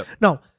Now